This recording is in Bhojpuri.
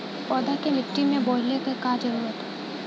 पौधा के मिट्टी में बोवले क कब जरूरत होला